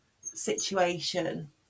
situation